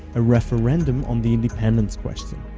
a referendum on the independence question.